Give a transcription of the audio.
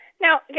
Now